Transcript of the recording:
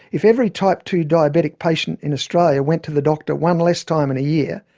if every type two diabetic patient in australia went to the doctor one less time in a year,